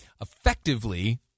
effectively